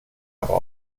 aber